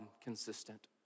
consistent